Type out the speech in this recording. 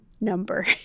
number